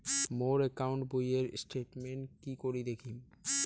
মোর account বইয়ের statement কি করি দেখিম?